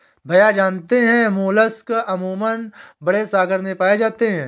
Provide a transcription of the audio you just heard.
भैया जानते हैं मोलस्क अमूमन बड़े सागर में पाए जाते हैं